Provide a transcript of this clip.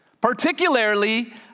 particularly